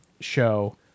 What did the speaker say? show